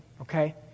okay